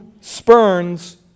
spurns